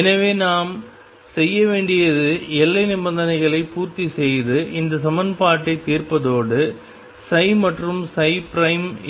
எனவே நாம் செய்ய வேண்டியது எல்லை நிபந்தனைகளை பூர்த்திசெய்து இந்த சமன்பாட்டை தீர்ப்பதோடு மற்றும்